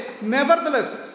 nevertheless